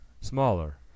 smaller